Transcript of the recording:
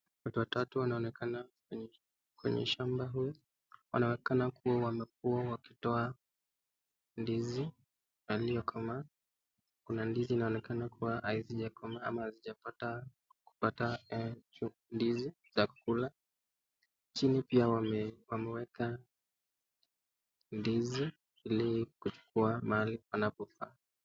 Watu watatu wanaonekana kwenye shamba hii. Wanaonekana kua wamekua wakitoa ndizi aliyo kama. Kuna ndizi inaonekana kua hazijakomaa ama hazijapata eeh ndizi za kukula. Chini pia wameweka ndizi ili kuchukua mali wanavyofaa.